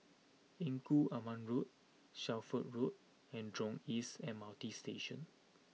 Engku Aman Road Shelford Road and Jurong East M R T Station